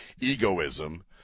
egoism